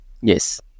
Yes